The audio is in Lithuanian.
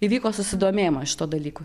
įvyko susidomėjimas šituo dalyku